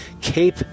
cape